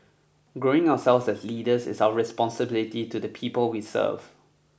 growing ourselves as leaders is our responsibility to the people we serve